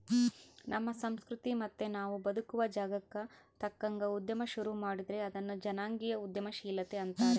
ನಮ್ಮ ಸಂಸ್ಕೃತಿ ಮತ್ತೆ ನಾವು ಬದುಕುವ ಜಾಗಕ್ಕ ತಕ್ಕಂಗ ಉದ್ಯಮ ಶುರು ಮಾಡಿದ್ರೆ ಅದನ್ನ ಜನಾಂಗೀಯ ಉದ್ಯಮಶೀಲತೆ ಅಂತಾರೆ